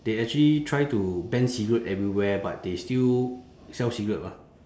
they actually try to ban cigarette everywhere but they still sell cigarette mah